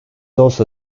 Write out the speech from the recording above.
also